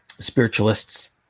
Spiritualists